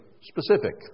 specific